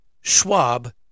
Schwab